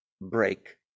break